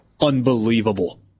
Unbelievable